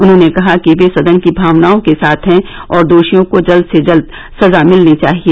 उन्होंने कहा कि वे सदन की भावनाओं के साथ हैं और दोषियों को जल्द से जल्द सजा मिलनी चाहिए